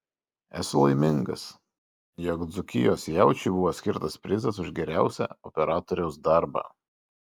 esu laimingas jog dzūkijos jaučiui buvo skirtas prizas už geriausią operatoriaus darbą